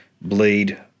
Bleed